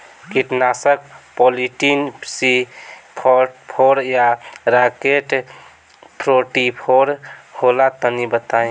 कीटनाशक Polytrin C forty four या Rocket forty four होला तनि बताई?